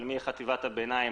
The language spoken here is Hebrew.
אבל מחטיבת הביניים